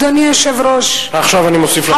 אדוני היושב-ראש, עכשיו אני מוסיף לך עוד דקה.